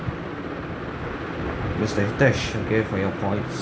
mister hitesh okay for your points